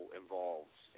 involved